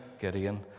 Gideon